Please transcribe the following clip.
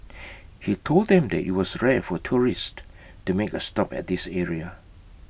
he told them that IT was rare for tourists to make A stop at this area